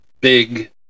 Big